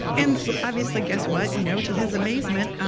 and obviously, guess what, you know to his amazement,